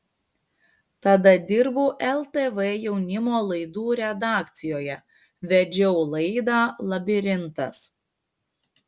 tada dirbau ltv jaunimo laidų redakcijoje vedžiau laidą labirintas